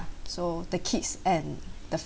so the kids and the